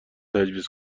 تجویز